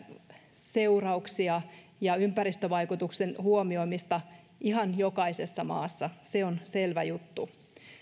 seurauksia ja ympäristövaikutusten huomioimista ihan jokaisessa maassa se on selvä juttu